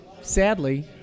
sadly